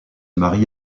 marie